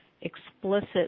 explicit